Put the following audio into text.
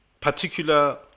particular